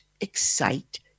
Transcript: excite